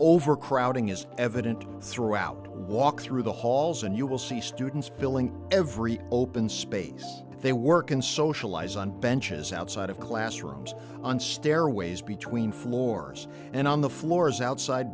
overcrowding is evident throughout walk through the halls and you will see students filling every open space they work and socialize on benches outside of classrooms on stairways between floors and on the floors outside